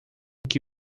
que